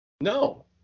No